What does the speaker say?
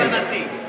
זו כוונתי.